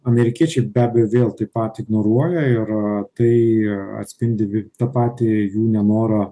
amerikiečiai be abejo vėl taip pat ignoruoja ir tai atspindi tą patį jų nenorą